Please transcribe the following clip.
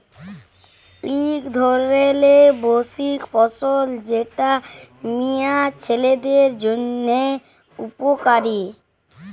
ইক ধরলের বার্ষিক ফসল যেট মিয়া ছিলাদের জ্যনহে উপকারি